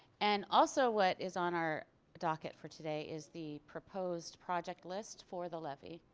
and also what is on our docket for today is the proposed project list for the levy